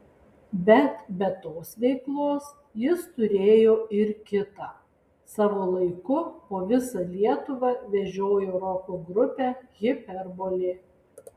bet be tos veiklos jis turėjo ir kitą savo laiku po visą lietuvą vežiojo roko grupę hiperbolė